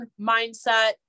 mindset